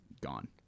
gone